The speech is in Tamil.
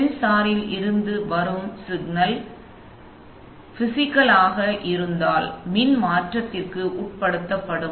சென்சாரில் இருந்து வரும் சிக்னல் பிஸிக்கல் ஆக இருந்தால் அவை மின் மாற்றத்திற்கு உட்படுத்தப்படும்